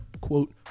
quote